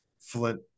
flint